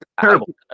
Terrible